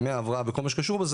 ימי ההבראה וכל מה שקשור לזה,